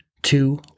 Two